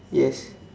yes